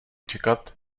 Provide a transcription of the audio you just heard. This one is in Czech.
čekat